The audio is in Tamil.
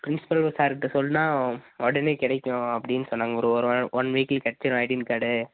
ஃபிரின்ஸிபல் சாரு கிட்டே சொன்ன உடனே கிடைக்கும் அப்படின்னு சொன்னாங்க ஒரு ஒரு ஒன் வீக்கிலக கிடச்சிடும் ஐடின் கார்டு